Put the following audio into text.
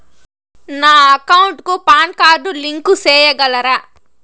నా అకౌంట్ కు PAN card link సేయగలరా?